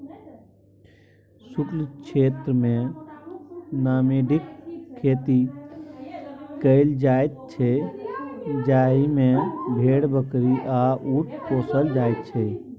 शुष्क क्षेत्रमे नामेडिक खेती कएल जाइत छै जाहि मे भेड़, बकरी आ उँट पोसल जाइ छै